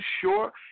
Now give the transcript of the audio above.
sure